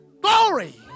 Glory